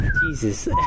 Jesus